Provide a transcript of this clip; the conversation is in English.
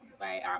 right